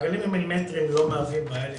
הגלים המילימטריים לא מהווים בעיה לקרינה.